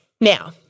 now